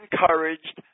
encouraged